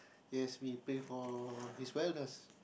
yes we pay for his wellness